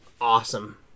awesome